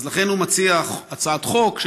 אז לכן הוא מציע הצעת חוק,